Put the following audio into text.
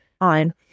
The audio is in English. on